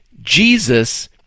Jesus